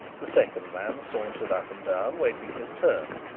the second man sauntered up and down, waiting his turn.